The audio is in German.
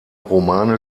romane